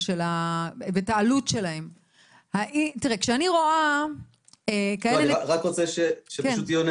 ואת העלות שלהם --- אני רק רוצה שיהיו הנתונים,